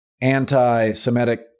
anti-Semitic